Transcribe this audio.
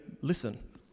listen